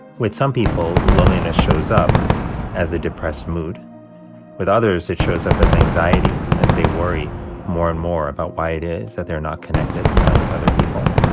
with some people, loneliness shows up as a depressed mood with others, it shows up as anxiety as they worry more and more about why it is that they're not connected with other people.